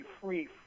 free